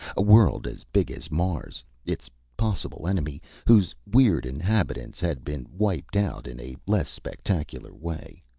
a world as big as mars, its possible enemy whose weird inhabitants had been wiped out, in a less spectacular way,